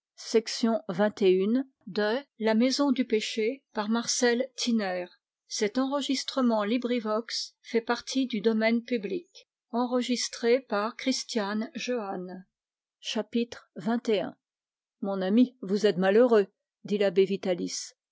mon ami vous êtes malheureux dit l'abbé vitalis